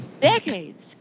Decades